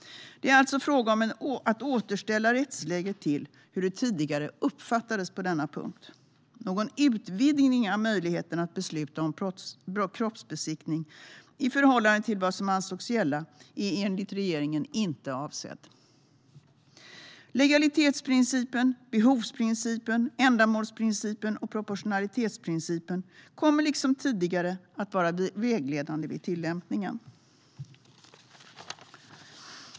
Det är alltså fråga om att återställa rättsläget till hur det tidigare uppfattades på denna punkt. Någon utvidgning av möjligheterna att besluta om kroppsbesiktning i förhållande till vad som ansågs gälla är enligt regeringen inte avsedd. Legalitetsprincipen, behovsprincipen, ändamålsprincipen och proportionalitetsprincipen kommer, liksom tidigare, att vara vägledande vid tilllämpningen.